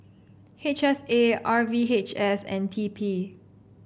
H S A R V H S and T P